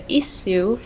issue